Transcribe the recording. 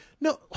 no